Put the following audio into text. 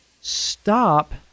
stop